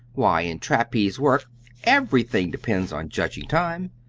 why, in trapeze work everything depends on judging time.